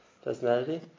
Personality